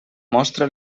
mostra